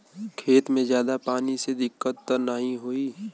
खेत में ज्यादा पानी से दिक्कत त नाही होई?